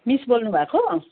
miss बोल्नुभएको